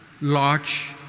large